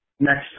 Next